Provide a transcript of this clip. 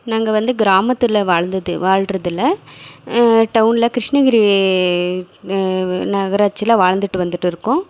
நாங்கள் வந்து கிராமத்தில் வாழ்ந்தது வாழ்வது இல்லை டவுன்ல கிருஷ்ணகிரி நகராட்சியில வாழ்ந்துகிட்டு வந்துட்டிருக்கோம்